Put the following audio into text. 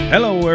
Hello